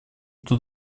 тут